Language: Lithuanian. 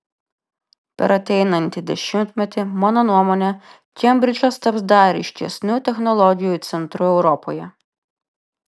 per ateinantį dešimtmetį mano nuomone kembridžas taps dar ryškesniu technologijų centru europoje